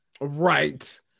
right